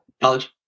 College